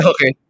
Okay